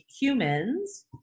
humans